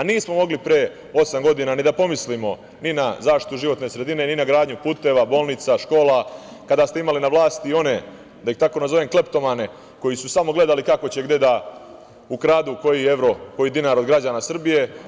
Nismo mogli pre osam godina ni da pomislimo na zaštitu životne sredine, ni na gradnju puteva, bolnica, škola, kada ste imali na vlasti one, da ih tako nazovem, kleptomane, koji su samo gledali kako će gde da ukradu koji evro, koji dinar od građana Srbije.